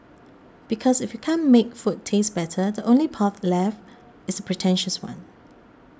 because if you can't make food taste better the only path left is pretentious one